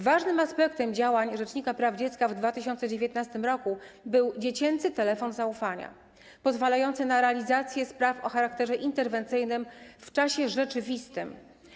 Ważnym aspektem działań rzecznika praw dziecka w 2019 r. był dziecięcy telefon zaufania, pozwalający na realizację spraw o charakterze interwencyjnym w czasie rzeczywistym.